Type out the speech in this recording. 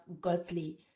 godly